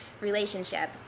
relationship